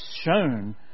shown